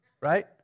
right